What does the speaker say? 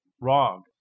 wrong